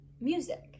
music